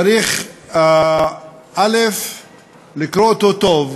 צריך לקרוא אותו טוב,